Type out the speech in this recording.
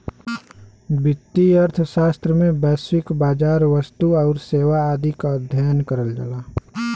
वित्तीय अर्थशास्त्र में वैश्विक बाजार, वस्तु आउर सेवा आदि क अध्ययन करल जाला